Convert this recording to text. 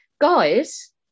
Guys